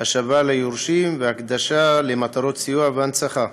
(השבה ליורשים והקדשה למטרות סיוע והנצחה),